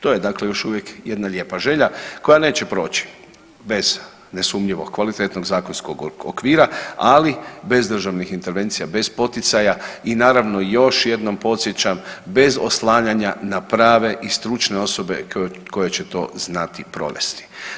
To je dakle još uvijek jedna lijepa želja koja neće proći bez nesumnjivo kvalitetnog zakonskog okvira, ali bez državnih intervencija, bez poticaja i naravno još jednom podsjećam bez oslanjanja na prave i stručne osobe koje će to znati provesti.